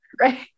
right